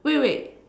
wait wait wait